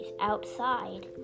outside